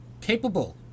capable